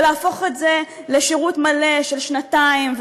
ולהפוך את זה לשירות מלא של שנתיים,